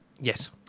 Yes